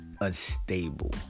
unstable